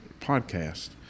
podcast